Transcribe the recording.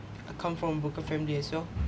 I come from broken family as well